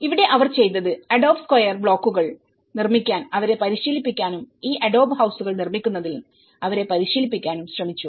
ഇവിടെ അവർ ചെയ്തത് അഡോബ് സ്ക്വയർ ബ്ലോക്കുകൾനിർമ്മിക്കാൻ അവരെ പരിശീലിപ്പിക്കാനും ഈ അഡോബ് ഹൌസുകൾനിർമ്മിക്കുന്നതിൽ അവരെ പരിശീലിപ്പിക്കാനും ശ്രമിച്ചു